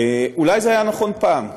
אולי זה היה נכון פעם,